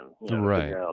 Right